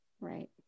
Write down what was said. right